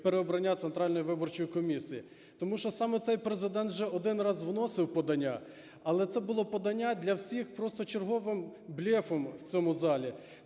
переобрання Центральної виборчої комісії, тому що саме цей Президент вже один раз вносив подання, але це було подання для всіх просто черговим блефом в цьому залі.